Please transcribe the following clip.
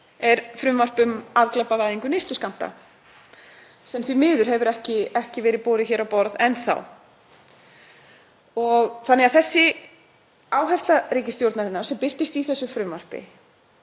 er frumvarp um afglæpavæðingu neysluskammta sem því miður hefur ekki verið borið hér á borð enn þá. Þannig að sú áhersla ríkisstjórnarinnar sem birtist í þessu frumvarpi